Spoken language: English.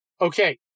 Okay